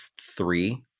three